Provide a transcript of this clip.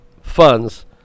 funds